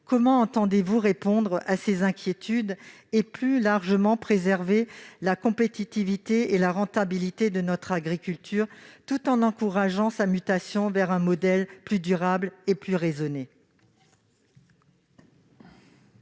Comment entendez-vous répondre à ces inquiétudes ? Plus largement, comment préserver la compétitivité et la rentabilité de notre agriculture tout en encourageant sa mutation vers un modèle plus durable et plus raisonné ?